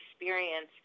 experience